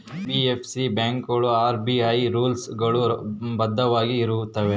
NBFC ಬ್ಯಾಂಕುಗಳು RBI rules ಗಳು ಬದ್ಧವಾಗಿ ಇರುತ್ತವೆಯ?